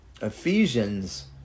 Ephesians